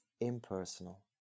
impersonal